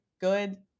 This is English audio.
good